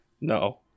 No